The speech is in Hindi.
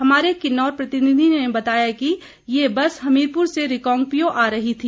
हमारे किन्नौर प्रतिनिधि ने बताया कि ये बस हमीरपुर से रिकांगपिओ आ रही थी